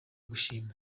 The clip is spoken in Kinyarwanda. gushimwa